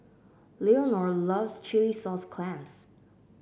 Leonor loves Chilli Sauce Clams